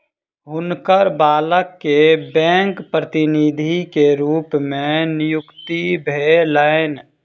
हुनकर बालक के बैंक प्रतिनिधि के रूप में नियुक्ति भेलैन